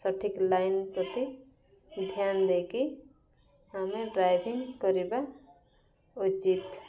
ସଠିକ ଲାଇନ୍ ପ୍ରତି ଧ୍ୟାନ ଦେଇକି ଆମେ ଡ୍ରାଇଭିଂ କରିବା ଉଚିତ